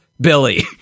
Billy